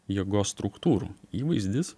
jėgos struktūrų įvaizdis